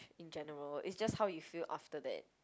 in general is just how you feel after that